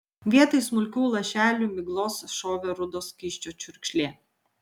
vietoj smulkių lašelių miglos šovė rudo skysčio čiurkšlė